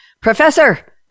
Professor